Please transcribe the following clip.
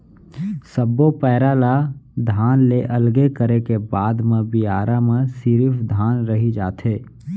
सब्बो पैरा ल धान ले अलगे करे के बाद म बियारा म सिरिफ धान रहि जाथे